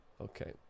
Okay